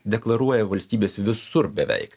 deklaruoja valstybės visur beveik